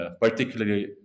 particularly